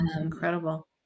incredible